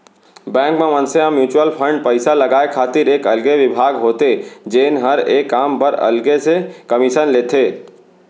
bank म मनसे ह म्युचुअल फंड पइसा लगाय खातिर एक अलगे बिभाग होथे जेन हर ए काम बर अलग से कमीसन लेथे